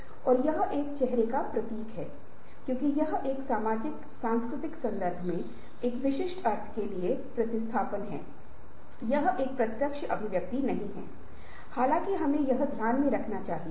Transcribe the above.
यह दर्शाता है कि पूरे विश्व में सत्तर प्रतिशत परिवर्तन विफल हो जाते हैं लेकिन फिर भी लोग परिवर्तन करने के लिए निरंतर उत्सुक रहते हैं क्योंकि परिवर्तन के बिना समाज व्यक्ति और संगठन स्थिर होंगे